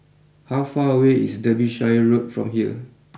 how far away is Derbyshire Road from here